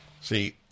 See